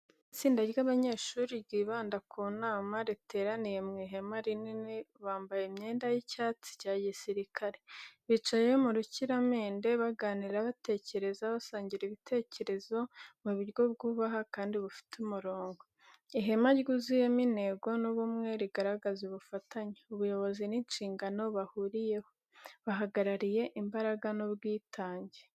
Itsinda ry'abanyeshuri ryibanda ku nama, riteraniye mu ihema rinini, bambaye imyenda y’icyatsi cya gisirikare. Bicaye mu rukiramende, baganira batekereza, basangira ibitekerezo mu buryo bwubaha kandi bufite umurongo. Ihema ryuzuyemo intego n’ubumwe, rigaragaza ubufatanye, ubuyobozi n’inshingano bahuriyeho. Bahagarariye imbaraga n’ubwitange.